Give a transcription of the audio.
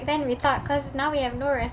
then we thought cause now we have no